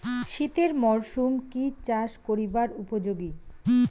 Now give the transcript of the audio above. শীতের মরসুম কি চাষ করিবার উপযোগী?